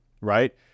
right